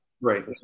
Right